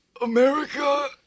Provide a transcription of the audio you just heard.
America